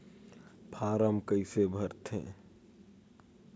Form कइसे भरते?